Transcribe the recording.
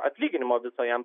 atlyginimo viso jam